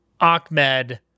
Ahmed